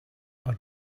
are